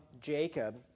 Jacob